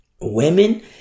women